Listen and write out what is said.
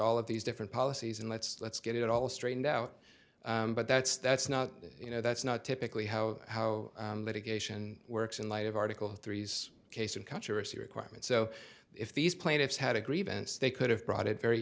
all of these different policies and let's let's get it all straightened out but that's that's not you know that's not typically how how litigation works in light of article three s case of controversy requirement so if these plaintiffs had a grievance they could have brought it very